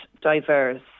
diverse